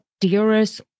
dearest